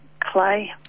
clay